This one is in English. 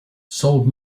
sold